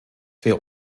wir